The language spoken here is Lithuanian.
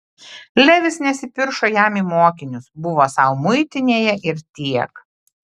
levis nesipiršo jam į mokinius buvo sau muitinėje ir tiek